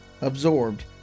absorbed